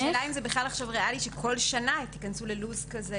השאלה אם זה בכלל ריאלי עכשיו שבכל שנה תיכנסו ללו"ז כזה,